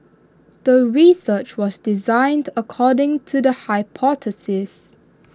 the research was designed according to the hypothesis